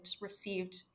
received